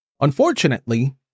Unfortunately